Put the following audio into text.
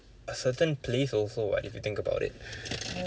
a certain place also what if you think about it